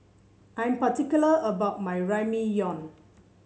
I'm particular about my Ramyeon